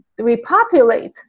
repopulate